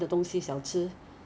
so they have they have like